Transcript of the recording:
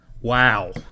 Wow